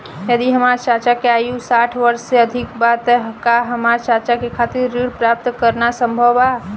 यदि हमार चाचा के आयु साठ वर्ष से अधिक बा त का हमार चाचा के खातिर ऋण प्राप्त करना संभव बा?